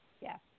Yes